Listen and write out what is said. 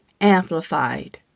Amplified